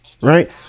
right